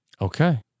Okay